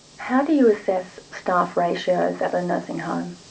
how do you assess staff ratios at the nursing home?